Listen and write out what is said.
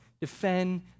defend